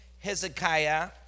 Hezekiah